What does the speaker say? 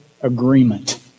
agreement